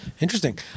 Interesting